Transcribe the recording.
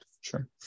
Sure